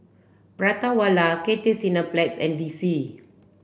Prata Wala Cathay Cineplex and D C